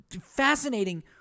fascinating